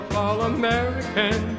all-American